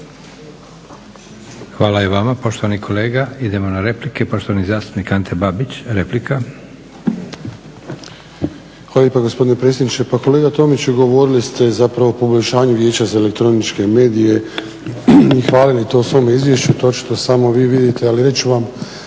Hvala i vama poštovani kolega. Idemo na replike. Poštovani zastupnik Ante Babić replika. **Babić, Ante (HDZ)** Hvala lijepa gospodine predsjedniče. Pa kolega Tomiću, govorili ste zapravo o poboljšanju vijeća za elektroničke medije i hvalili to u svom izvješću. To očito samo vi vidite ali reći ću vam